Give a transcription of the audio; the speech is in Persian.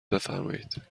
بفرمایید